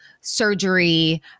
surgery